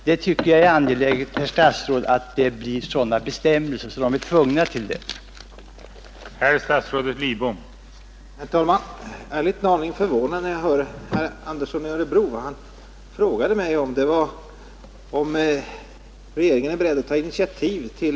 Jag tycker det är angeläget, herr statsråd, att det blir sådana bestämmelser att arrangörerna är tvungna att anmäla motortävlingar.